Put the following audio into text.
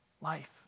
life